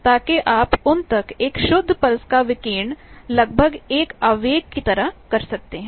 ताकि आप उन तक एक शुद्ध पल्स का विकीर्ण लगभग एक इम्पल्स impulseआवेग की तरह कर सकते हैं